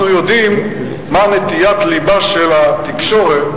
אנחנו יודעים מה נטיית לבה של התקשורת ככלל,